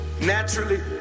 Naturally